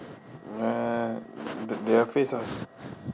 uh their face ah